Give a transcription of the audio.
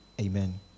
Amen